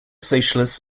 socialists